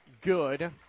good